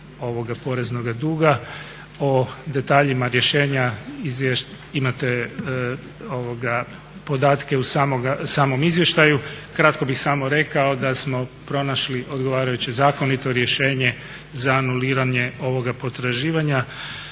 o detaljima rješenja. Imate podatke u samom izvještaju. Kratko bih samo rekao da smo pronašli odgovarajuće zakonito rješenje za anuliranje ovoga potraživanja